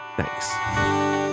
Thanks